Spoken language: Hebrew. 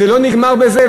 זה לא נגמר בזה.